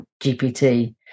GPT